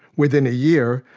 within a year,